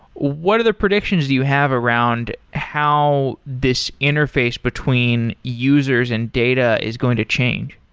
what are the predictions that you have around how this interface between users and data is going to change?